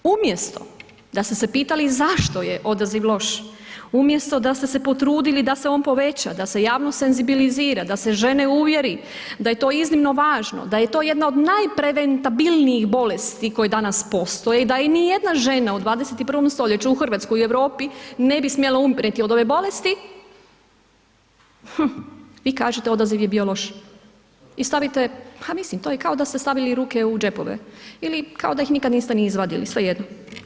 Umjesto da ste se pitali zašto je odaziv loš, umjesto da ste se potrudili da se on poveća, da se javnost senzibilizira, da se žene uvjeri da je to iznimno važno, da je to jedna od najpreventabilnijih bolesti koje danas postoje i da i ni jedna žena u 21. stoljeću, u Hrvatskoj i u Europi ne bi smjela umrijeti od ove bolesti, vi kažete odaziv je bio loš i stavite, pa mislim to je i kao da ste stavili ruke u džepove ili kao da ih nikada niste ni izvadili, svejedno.